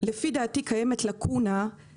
לפי דעתי קיימת לקונה,